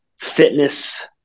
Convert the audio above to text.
fitness